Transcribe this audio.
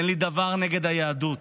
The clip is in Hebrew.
אין לי דבר נגד היהדות.